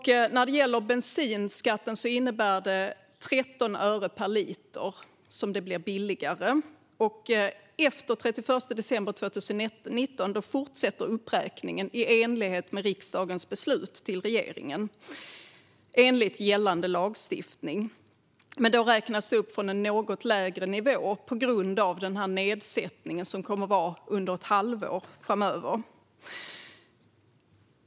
När det gäller bensinskatten innebär det 13 öre per liter som det blir billigare. Efter den 31 december 2019 fortsätter uppräkningen i enlighet med riksdagens beslut till regeringen, enligt gällande lagstiftning. Men då räknas det upp från en något lägre nivå på grund av den nedsättning som kommer att finnas under ett halvår framöver.